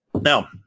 Now